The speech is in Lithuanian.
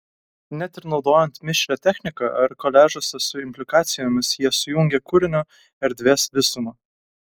net ir naudojant mišrią techniką ar koliažuose su implikacijomis jie sujungia kūrinio erdvės visumą